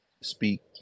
speak